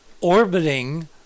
orbiting